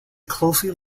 closely